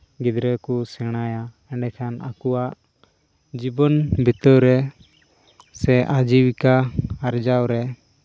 ᱜᱤᱫᱽᱨᱟᱹ ᱠᱚ ᱥᱮᱬᱟᱭᱟ ᱮᱸᱰᱮᱠᱷᱟᱱ ᱟᱠᱚᱣᱟᱜ ᱡᱤᱵᱚᱱ ᱵᱤᱛᱟᱹᱣ ᱨᱮ ᱥᱮ ᱡᱤᱵᱤᱠᱟ ᱟᱨᱡᱟᱣ ᱨᱮ